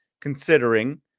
considering